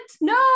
No